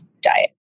diet